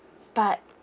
but